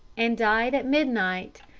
and died at midnight.